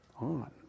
on